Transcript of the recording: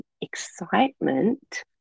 excitement